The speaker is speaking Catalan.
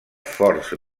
forts